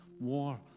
war